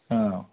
অ